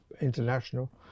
international